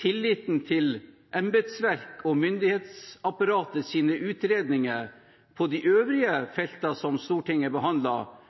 tilliten til embetsverk og myndighetsapparatenes utredninger på de øvrige feltene som Stortinget